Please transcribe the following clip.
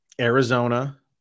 Arizona